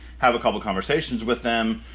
have a couple of conversations with them,